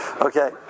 okay